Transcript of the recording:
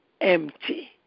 empty